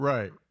Right